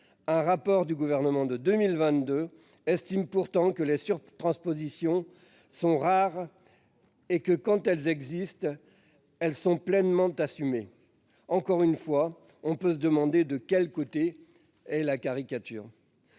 Un rapport du Gouvernement de 2022 estime pourtant que les surtranspositions sont rares et que, quand elles existent, elles sont pleinement assumées. Encore une fois, on peut se demander de quel côté est la caricature.